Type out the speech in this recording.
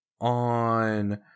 on